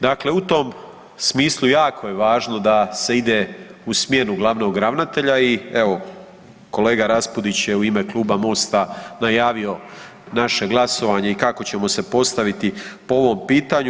Dakle, u tom smislu jako je važno da se ide u smjenu glavnog ravnatelja i evo kolega Raspudić je u ime Kluba MOST-a najavio naše glasovanje i kako ćemo se postaviti po ovom pitanju.